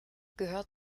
gehört